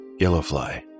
Yellowfly